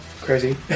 crazy